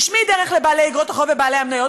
השמיד ערך לבעלי איגרות החוב ובעלי המניות,